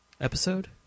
episode